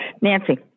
nancy